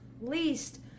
least